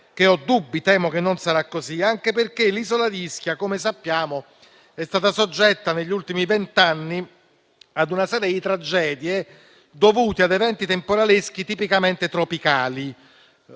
che ho dei dubbi. Temo che non sarà così, anche perché l'isola di Ischia - come sappiamo - è stata soggetta, negli ultimi vent'anni, ad una serie di tragedie dovute ad eventi temporaleschi tipicamente tropicali,